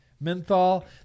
menthol